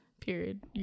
period